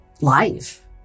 life